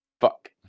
fuck